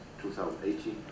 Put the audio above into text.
2018